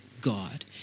God